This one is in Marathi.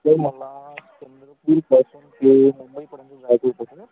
सर मला चंद्रपूरपासून ते पनवेलपर्यंत जायचं होतं सर